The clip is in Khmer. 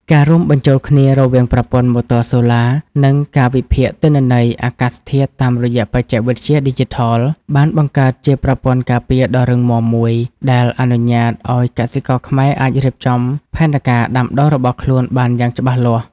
ការរួមបញ្ចូលគ្នារវាងប្រព័ន្ធម៉ូទ័រសូឡា និងការវិភាគទិន្នន័យអាកាសធាតុតាមរយៈបច្ចេកវិទ្យាឌីជីថល បានបង្កើតជាប្រព័ន្ធការពារដ៏រឹងមាំមួយដែលអនុញ្ញាតឱ្យកសិករខ្មែរអាចរៀបចំផែនការដាំដុះរបស់ខ្លួនបានយ៉ាងច្បាស់លាស់។